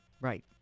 Right